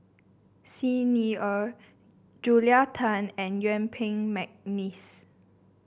Xi Ni Er Julia Tan and Yuen Peng McNeice